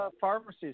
pharmacies